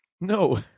no